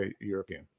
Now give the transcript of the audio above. European